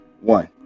One